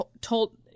told